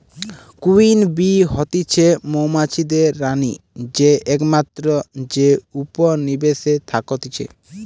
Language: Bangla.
কুইন বী হতিছে মৌমাছিদের রানী যে একমাত্র যে উপনিবেশে থাকতিছে